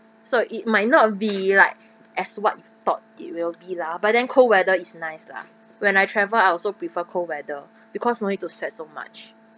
so it might not be like as what you thought it will be lah but then cold weather is nice lah when I travel I also prefer cold weather because no need to set so much